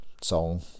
song